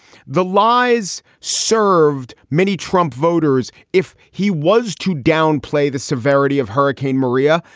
the lies served. many trump voters, if he was to downplay the severity of hurricane maria,